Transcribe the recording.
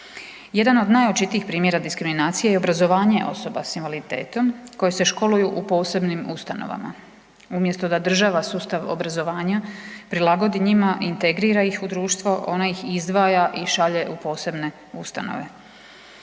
Jedan od najočitijih primjera diskriminacije je i obrazovanje osoba s invaliditetom koje se školuju u posebnim ustanovama umjesto da država sustav obrazovanja prilagodi njima, integrira ih u društvo ona ih izdvaja i šalje u posebne ustanove.